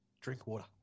Drinkwater